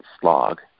slog